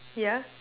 yeah